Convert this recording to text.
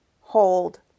hold